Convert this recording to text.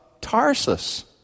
Tarsus